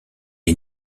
est